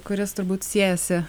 kuris turbūt siejasi